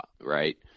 right